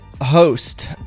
host